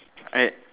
alright